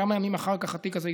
כמה ימים אחר כך התיק הזה ייסגר.